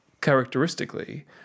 characteristically